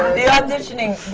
the auditioning,